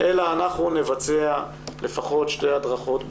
אלא 'אנחנו נבצע לפחות שתי הדרכות בשנה,